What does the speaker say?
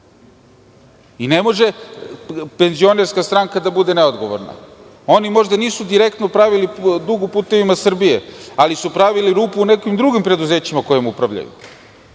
Ne može ni penzionerska stranka da bude neodgovorna. Oni možda nisu direktno pravili dug u "Putevima Srbije", ali su pravili rupu u nekim drugim preduzećima kojima upravljaju.